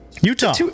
Utah